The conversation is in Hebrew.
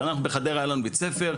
ואנחנו בחדרה היה לנו בית ספר,